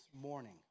morning